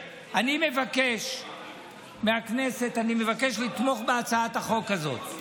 אני מבקש מהכנסת לתמוך בהצעת החוק הזו.